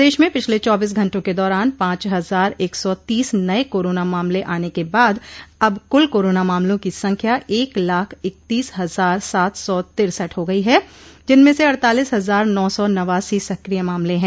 प्रदेश में पिछले चौबीस घंटों के दौरान पांच हजार एक सौ तीस नये कोरोना मामले आने के बाद अब कुल कोरोना मामलों की संख्या एक लाख इकतीस हजार सात सौ तिरसठ हो गई है जिनमें से अड्तालीस हजार नौ सौ नवासी सक्रिय मामले हैं